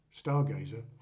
Stargazer